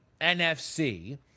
NFC